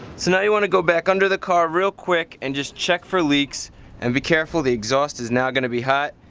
so now you want to go back under the car real quick and just check for leaks and be careful the exhaust is now going to be hot,